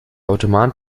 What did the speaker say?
automat